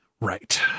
right